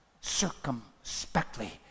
circumspectly